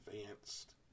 advanced